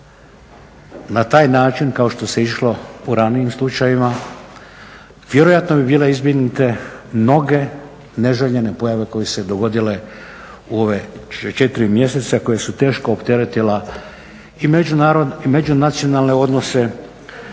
na taj način kao što se išlo u ranijim slučajevima vjerojatno bi bile izbjegnute mnoge neželjene pojave koje su se dogodile u ova četiri mjeseca koja su teško opteretila i međunacionalne odnose